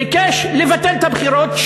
ביקש לבטל את הבחירות,